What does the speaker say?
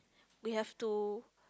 we have to